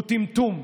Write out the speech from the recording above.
הוא טמטום.